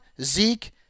Zeke